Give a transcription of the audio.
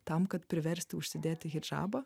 tam kad priversti užsidėti hidžabą